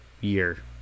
year